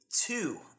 two